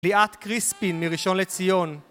פליאת קריספין מראשון לציון